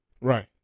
right